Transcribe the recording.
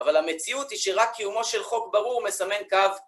אבל המציאות היא שרק קיומו של חוק ברור מסמן קו.